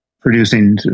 producing